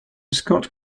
scott